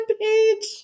page